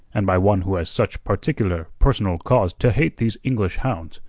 and by one who has such particular personal cause to hate these english hounds,